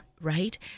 Right